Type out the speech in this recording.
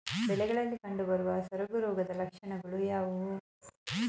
ಬೆಳೆಗಳಲ್ಲಿ ಕಂಡುಬರುವ ಸೊರಗು ರೋಗದ ಲಕ್ಷಣಗಳು ಯಾವುವು?